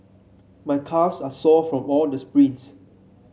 my calves are sore from all the sprints